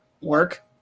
work